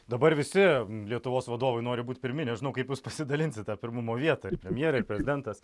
dabar visi lietuvos vadovai nori būt pirmi nežinau kaip jūs pasidalinsite pirmumo vietą ir premjerė ir prezidentas